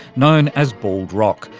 known as bald rock,